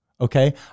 okay